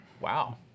Wow